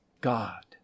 God